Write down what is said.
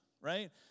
right